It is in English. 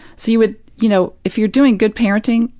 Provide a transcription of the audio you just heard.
so, you would you know, if you're doing good parenting,